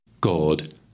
God